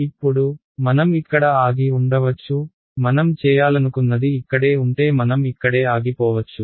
ఇప్పుడు మనం ఇక్కడ ఆగి ఉండవచ్చు మనం చేయాలనుకున్నది ఇక్కడే ఉంటే మనం ఇక్కడే ఆగిపోవచ్చు